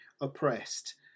oppressed